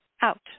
out